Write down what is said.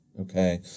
Okay